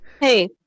hey